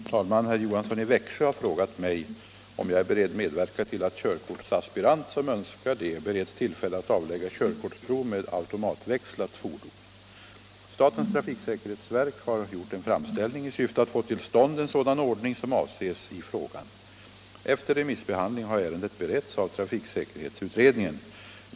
Fru talman! Herr Johansson i Växjö har frågat mig om jag är beredd att medverka till att körkortsaspirant som önskar det bereds tillfälle att avlägga körkortsprov med automatväxlat fordon. Statens trafiksäkerhetsverk har gjort en framställning i syfte att få till stånd en sådan ordning som avses i frågan. Efter remissbehandling har ärendet beretts av trafiksäkerhetsutredningen.